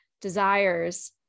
desires